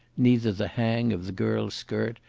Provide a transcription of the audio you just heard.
neither the hang of the girl's skirt,